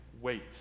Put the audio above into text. wait